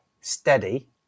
steady